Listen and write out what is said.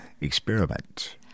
experiment